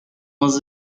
was